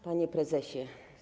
Panie Prezesie!